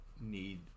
need